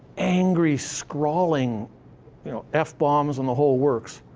angry, scrawling you know f bombs and the whole works,